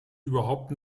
überhaupt